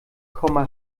komma